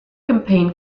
campaign